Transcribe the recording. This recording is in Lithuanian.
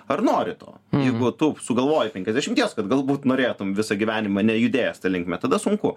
ar nori to jeigu tu sugalvoji penkiasdešimties kad galbūt norėtum visą gyvenimą nejudėjęs ta linkme tada sunku